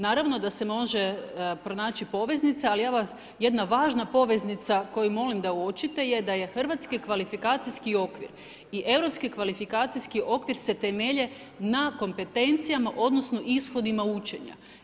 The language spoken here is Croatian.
Naravno da se može pronaći poveznica, jedna važna poveznica koju molim da uočite je, da je hrvatski kvalifikacijski okvir i europski kvalifikacijski okvir se temelje na kompetencijama, odnosno ishodima učenja.